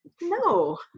no